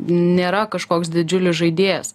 nėra kažkoks didžiulis žaidėjas